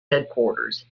headquarters